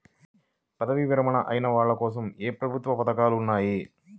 పదవీ విరమణ అయిన వాళ్లకోసం ఏ ప్రభుత్వ పథకాలు ఉన్నాయి?